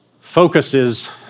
focuses